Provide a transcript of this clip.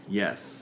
yes